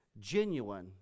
genuine